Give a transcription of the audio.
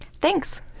Thanks